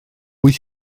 wyt